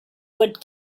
would